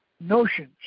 notions